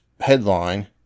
headline